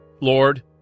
Lord